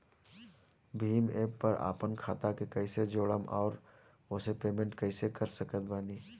Bhim app पर आपन खाता के कईसे जोड़म आउर ओसे पेमेंट कईसे कर सकत बानी?